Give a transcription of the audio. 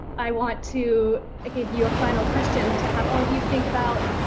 i want to give you a final question to have all of you think about.